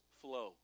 flow